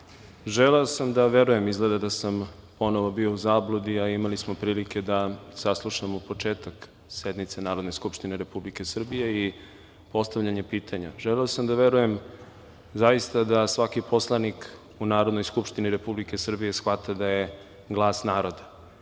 želeo sam da verujem, izgleda da sam ponovo bio u zabludi, a imali smo prilike da saslušamo početak sednice Narodne skupštine Republike Srbije i postavljanje pitanja. Želeo sam da verujem zaista da svaki poslanik u Narodnoj skupštini Republike Srbije shvata da je glas naroda